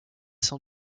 sans